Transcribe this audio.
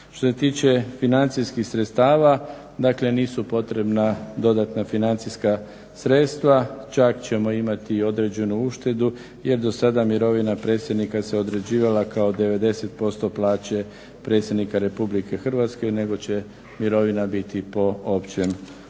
Što se tiče financijskih sredstava. Dakle, nisu potrebna dodatna financijska sredstva, čak ćemo imati i određenu uštedu, jer do sada mirovina predsjednika se određivala kao 90% plaće Predsjednika Republike Hrvatske nego će mirovina biti po općem propisu.